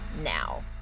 now